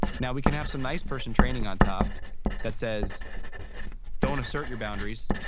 now we can have some nice person training on top that says don't assert your boundaries.